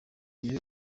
gihe